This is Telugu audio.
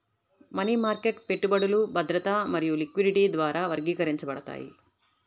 మనీ మార్కెట్ పెట్టుబడులు భద్రత మరియు లిక్విడిటీ ద్వారా వర్గీకరించబడతాయి